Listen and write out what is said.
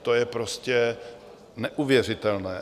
To je prostě neuvěřitelné.